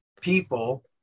People